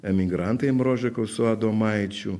emigrantai mrožeko su adomaičiu